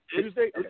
Tuesday